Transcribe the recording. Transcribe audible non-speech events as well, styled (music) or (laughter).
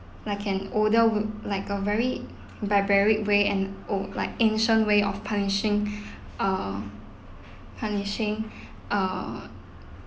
like an older wo~ like a very barbaric way and old like ancient way of punishing (breath) err punishing (breath) err